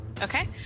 Okay